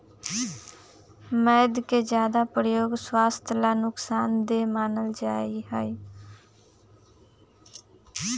मैद के ज्यादा प्रयोग स्वास्थ्य ला नुकसान देय मानल जाहई